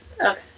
Okay